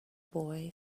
boy